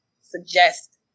suggest